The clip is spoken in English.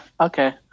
Okay